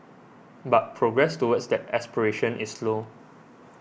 but progress towards that aspiration is slow